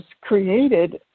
created